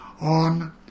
on